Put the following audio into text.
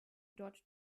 dort